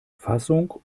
fassung